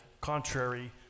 contrary